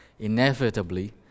Inevitably